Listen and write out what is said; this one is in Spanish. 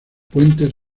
puentes